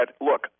look